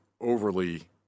overly